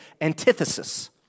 antithesis